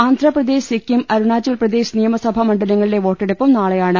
ആന്ധ്രപ്രദേശ് സിക്കിം അരുണാചൽപ്രദേശ് നിയമസഭാമ ണ്ഡലങ്ങളിലെ വോട്ടെടുപ്പും നാളെയാണ്